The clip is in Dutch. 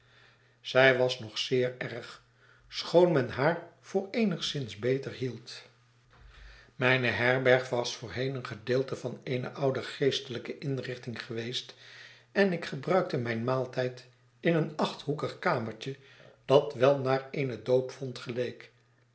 zij was nog zeer erg schoon men haar voor eenigszins beter hield mijne herberg was yoorheen een gedeelte van eene oude geestelijke inrichting geweest en ik gebruikte mijn maaltijd in een achthoekig kamertje dat wel naar eene doopvont geleek